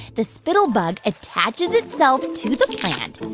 the spittlebug attaches itself to the plant,